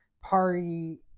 party